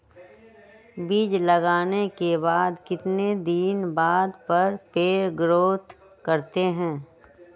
बीज लगाने के बाद कितने दिन बाद पर पेड़ ग्रोथ करते हैं?